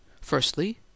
Firstly